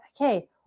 okay